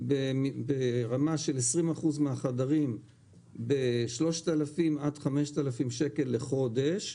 20% מהחדרים ב-3,000 5,000 שקל לחודש.